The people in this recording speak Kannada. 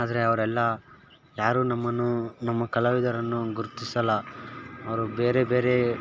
ಆದರೆ ಅವರೆಲ್ಲ ಯಾರೂ ನಮ್ಮನ್ನು ನಮ್ಮ ಕಲಾವಿದರನ್ನು ಗುರುತಿಸಲ್ಲ ಅವರು ಬೇರೆ ಬೇರೆ